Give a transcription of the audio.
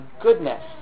goodness